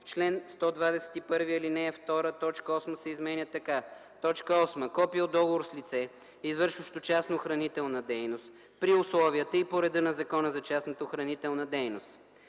В чл. 121, ал. 2 т. 8 се изменя така: “8. копие от договор с лице, извършващо частна охранителна дейност при условията и по реда на Закона за частната охранителна дейност;